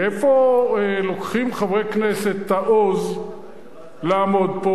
מאיפה לוקחים חברי הכנסת את העוז לעמוד פה,